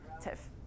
Tiff